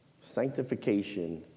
Sanctification